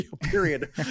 period